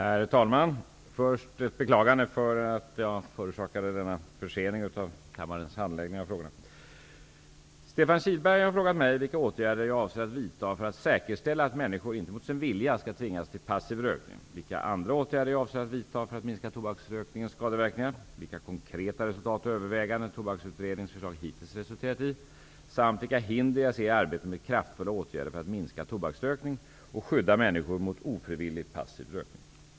Herr talman! Jag beklagar att jag har förorsakat denna försening av kammarens handläggning av frågorna. Stefan Kihlberg har frågat mig vilka åtgärder jag avser att vidta för att säkerställa att människor inte mot sin vilja skall tvingas till passiv rökning, vilka andra åtgärder jag avser att vidta för att minska tobaksrökningens skadeverkningar, vilka konkreta resultat och överväganden Tobaksutredningens förslag hittills resulterat i samt vilka hinder jag ser i arbetet med kraftfulla åtgärder för att minska tobaksrökning och skydda människor mot ofrivillig passiv rökning.